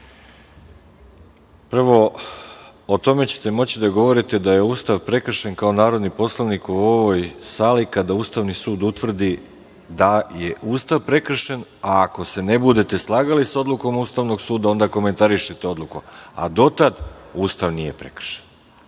prvo o tome ćete moći da govorite da je Ustav prekršen kao narodni poslanik u ovoj sali kada Ustavni sud utvrdi da je Ustav prekršen, a ako se ne budete slagali sa odlukom Ustavnog suda, onda komentarišite odluku, a do tada Ustav nije prekršen.